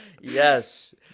yes